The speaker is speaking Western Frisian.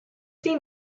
dyn